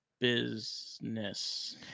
Business